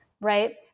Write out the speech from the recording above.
Right